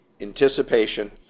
anticipation